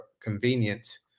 convenient